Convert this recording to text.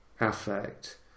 affect